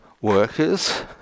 workers